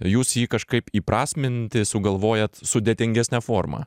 jūs jį kažkaip įprasminti sugalvojat sudėtingesne forma